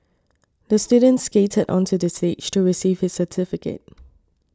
the student skated onto the stage to receive his certificate